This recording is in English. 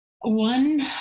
One